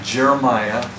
Jeremiah